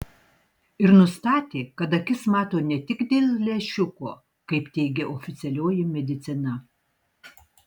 ir nustatė kad akis mato ne tik dėl lęšiuko kaip teigia oficialioji medicina